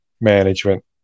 management